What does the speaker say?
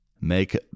make